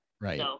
Right